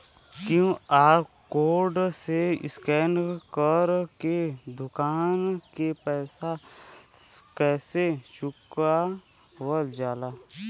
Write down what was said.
QR code से scan कर के दुकान के पैसा कैसे चुकावल जाला?